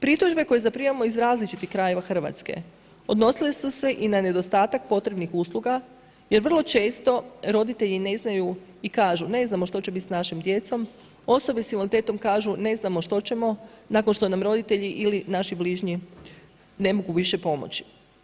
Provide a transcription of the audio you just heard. Pritužbe koje zaprimamo iz različitih krajeva Hrvatske odnosile su se i na nedostatak potrebnih usluga, jer vrlo često roditelji ne znaju i kažu ne znamo što će biti s našom djecom, osobe s invaliditetom kažu ne znamo što ćemo nakon što nam roditelji ili naši bližnji ne mogu više pomoći.